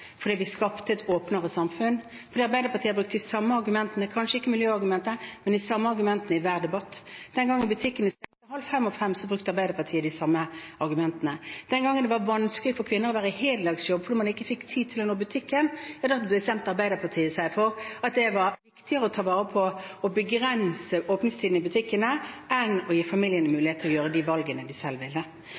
fordi vi skapte et åpnere samfunn. Arbeiderpartiet har brukt de samme argumentene – kanskje ikke miljøargumentet – i hver debatt. Den gangen butikkene stengte kl. 16.30 og kl. 17, brukte Arbeiderpartiet de samme argumentene. Den gangen det var vanskelig for kvinner å være i heldagsjobb fordi man ikke fikk tid til å gå i butikken, bestemte Arbeiderpartiet seg for at det var viktigere å begrense åpningstidene i butikkene enn å gi familiene mulighet til å gjøre de valgene de selv ville.